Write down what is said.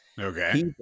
Okay